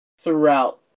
throughout